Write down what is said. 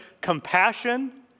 compassion